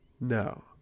No